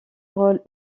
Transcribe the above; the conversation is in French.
rôle